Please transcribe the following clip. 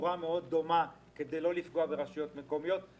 בצורה מאוד דומה כדי לא לפגוע ברשויות מקומיות.